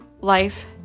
life